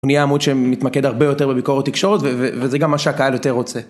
הוא נהיה עמוד שמתמקד הרבה יותר בביקורת תקשורת וזה גם מה שהקהל יותר רוצה.